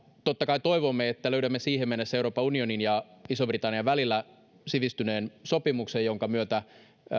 totta kai toivomme että löydämme siihen mennessä euroopan unionin ja ison britannian välillä sivistyneen sopimuksen jonka myötä